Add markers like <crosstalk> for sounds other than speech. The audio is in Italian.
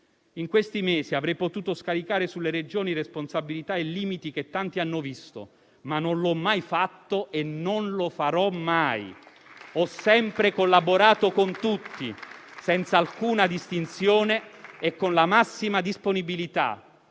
In questi mesi avrei potuto scaricare sulle Regioni responsabilità e limiti che tanti hanno visto, ma non l'ho mai fatto e non lo farò mai. <applause> Ho sempre collaborato con tutti, senza alcuna distinzione e con la massima disponibilità,